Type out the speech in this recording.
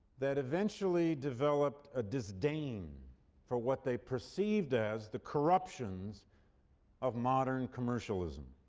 that eventually developed a disdain for what they perceived as the corruptions of modern commercialism.